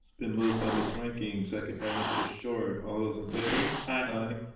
been moved by ms. reinking. second by mr. short, all those in favor? aye.